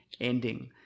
ending